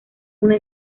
una